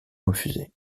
refusé